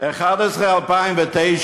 נובמבר 2009,